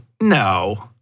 no